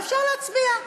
ואפשר להצביע.